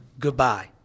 Goodbye